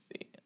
see